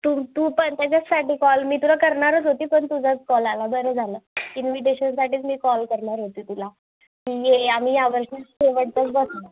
तुम तू पण त्याच्याचसाठी कॉल मी तुला करणारच होती पण तुझ्याच कॉल आला बरं झालं इन्व्हीटेशनसाठीच मी कॉल करणार होती तुला म्हणजे आम्ही यावर्षी शेवटचं वर्ष